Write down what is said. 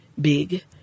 big